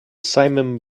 simum